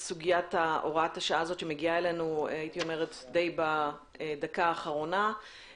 הוראת השעה הזאת שמגיעה אלינו בדקה האחרונה,